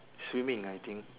swimming I think